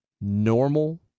normal